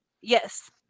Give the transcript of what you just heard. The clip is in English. Yes